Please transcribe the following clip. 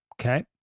Okay